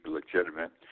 legitimate